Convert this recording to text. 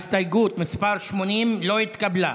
הסתייגות מס' 80 לא התקבלה.